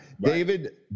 David